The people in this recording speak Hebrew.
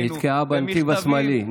נתקעה בנתיב השמאלי,